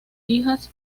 hijas